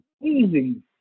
amazing